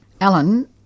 Alan